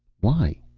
why?